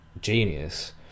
genius